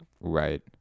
Right